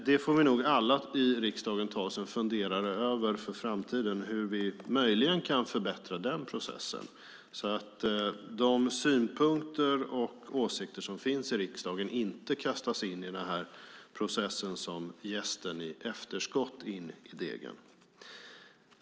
Alla vi i riksdagen får nog för framtiden fundera över hur vi möjligen kan förbättra den processen, så att de synpunkter och åsikter som finns i riksdagen inte kastas in i denna process i efterskott som jästen in i degen.